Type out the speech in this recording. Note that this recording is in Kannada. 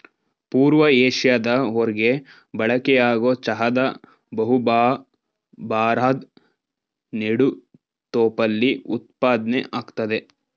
ಪೂರ್ವ ಏಷ್ಯಾದ ಹೊರ್ಗೆ ಬಳಕೆಯಾಗೊ ಚಹಾದ ಬಹುಭಾ ಭಾರದ್ ನೆಡುತೋಪಲ್ಲಿ ಉತ್ಪಾದ್ನೆ ಆಗ್ತದೆ